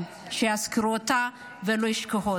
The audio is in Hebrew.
שיזכרו אותה ולא ישכחו אותה.